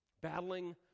battling